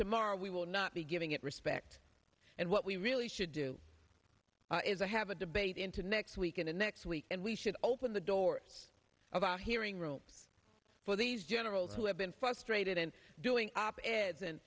tomorrow we will not be giving it respect and what we really should do is to have a debate into next week and next week and we should open the doors of a hearing room for these generals who have been frustrated in doing op eds and